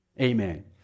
Amen